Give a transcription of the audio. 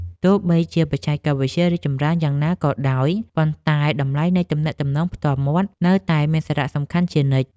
ទោះបីជាបច្ចេកវិទ្យារីកចម្រើនយ៉ាងណាក៏ដោយ ប៉ុន្តែតម្លៃនៃទំនាក់ទំនងផ្ទាល់មាត់នៅតែមានសារៈសំខាន់ជានិច្ច។